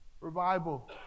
revival